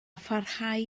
pharhau